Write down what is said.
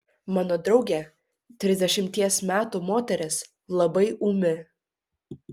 mano draugė trisdešimties metų moteris labai ūmi